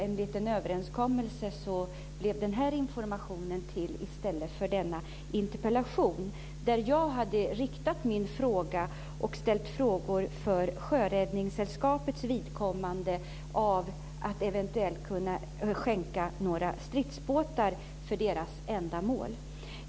Enligt en överenskommelse blev det denna information i stället för interpellationsdebatten. Jag hade frågat för Sjöräddningssällskapets vidkommande, nämligen om att skänka några stridsbåtar.